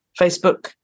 Facebook